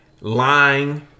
lying